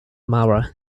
mara